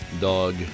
Dog